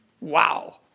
Wow